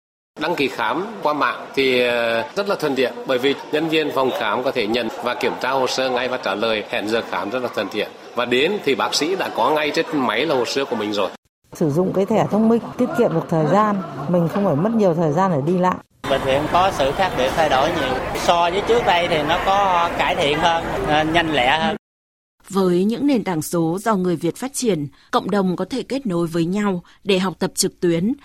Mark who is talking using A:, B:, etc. A: Đăng ký khám qua mạng thì, ờ, rất là thuận tiện bởi vì nhân viên phòng khám có thể nhận và kiểm tra hồ sơ ngay và trả lời. Hẹn giờ khám rất là thuận tiện. Và đến thì bác sĩ đã có ngay trên máy là hồ sơ của mình rồi.
B: Sử dụng cái thẻ thông minh, tiết kiệm được thời gian. Mình không phải mất nhiều thời gian để đi lại.
C: Bệnh viện có sự khác biệt thay đổi nhiều. So với trước đây thì nó có cải thiện hơn, nhanh lẹ hơn.
D: Với những nền tảng số do người Việt phát triển, cộng đồng có thể kết nối với nhau để học tập trực tuyến.